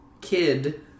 kid